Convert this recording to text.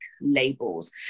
labels